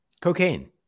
Cocaine